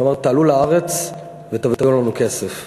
שאמרה: תעלו לארץ ותביאו לנו כסף,